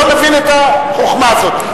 לא מבין את החוכמה הזאת.